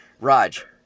Raj